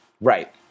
Right